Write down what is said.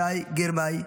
שי גרמאי.